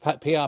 PR